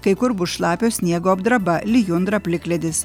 kai kur bus šlapio sniego apdraba lijundra plikledis